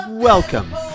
Welcome